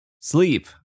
Sleep